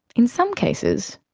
in some cases,